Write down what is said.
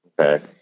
Okay